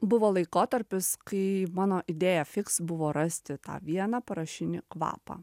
buvo laikotarpis kai mano idea fix buvo rasti tą vieną parašinį kvapą